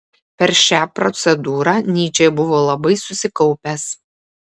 per šią procedūrą nyčė buvo labai susikaupęs